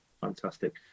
fantastic